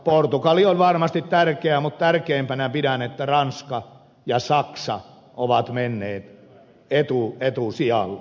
portugali on varmasti tärkeä mutta tärkeimpänä pidän että ranska ja saksa ovat menneet etusijalle